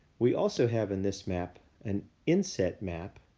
we also have, in this map, an inset map.